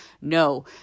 No